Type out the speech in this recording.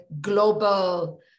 global